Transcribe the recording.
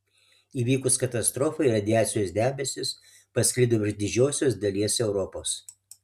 įvykus katastrofai radiacijos debesys pasklido virš didžiosios dalies europos